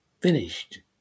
finished